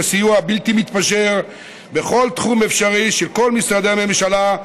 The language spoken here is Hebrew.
לסיוע הבלתי-מתפשר בכל תחום אפשרי של כל משרדי הממשלה,